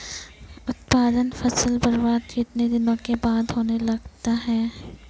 उत्पादन फसल बबार्द कितने दिनों के बाद होने लगता हैं?